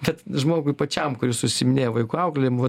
bet žmogui pačiam kuris užsiiminėja vaikų auklėjimu vat